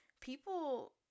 people